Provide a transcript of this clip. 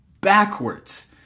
backwards